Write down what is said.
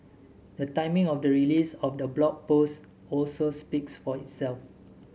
the timing of the release of the Blog Post also speaks for itself